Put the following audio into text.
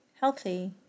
healthy